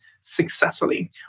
successfully